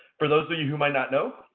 for those of you who might not know,